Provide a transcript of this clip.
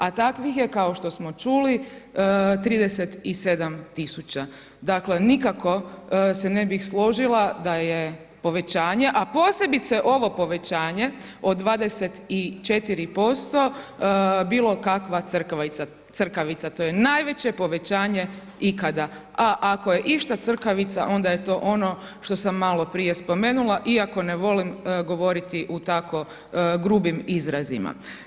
A takvih je kao što smo čuli 37.000, dakle nikako se ne bih složila da je povećanje, a posebice ovo povećanje od 24% bilo kakva crkavica, to je najveće povećanje ikada, a ako je išta crkavica onda je to ono što sam malo prije spomenula iako ne volim govoriti u tako grubim izrazima.